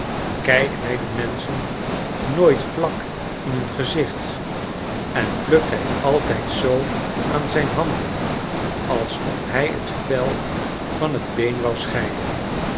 kijkt hij de menschen nooit vlak in hun gezicht en plukt hij altijd zoo aan zijn handen alsof hij t vel van t